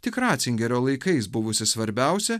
tik ratzingerio laikais buvusi svarbiausia